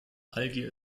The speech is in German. algier